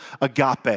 agape